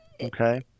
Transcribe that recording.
okay